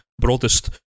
broadest